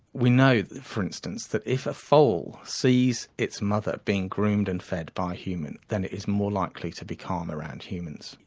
we know, for instance, that if a foal sees its mother being groomed and fed by a human, then it is more likely to be calm around humans.